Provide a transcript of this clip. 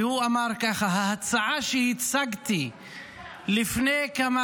והוא אמר ככה: ההצעה שהצגתי לפני כמה